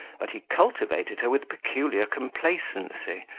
that he cultivated her with peculiar complacency,